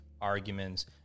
arguments